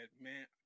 man